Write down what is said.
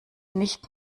nicht